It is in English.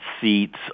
seats